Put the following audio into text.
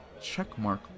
checkmark